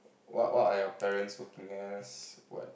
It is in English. what what are your parents working as what